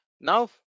Now